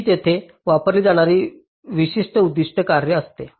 ही येथे वापरली जाणारी विशिष्ट उद्दीष्ट कार्ये आहेत